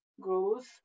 grows